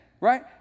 right